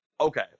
okay